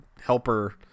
helper